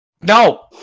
No